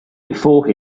before